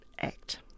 act